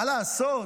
מה לעשות